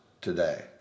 today